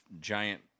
giant